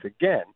again